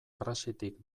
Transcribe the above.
praxitik